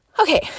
okay